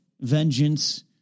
vengeance